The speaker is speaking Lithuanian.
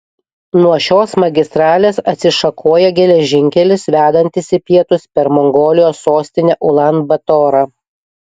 nuo šios magistralės atsišakoja geležinkelis vedantis į pietus per mongolijos sostinę ulan batorą